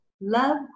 love